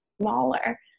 smaller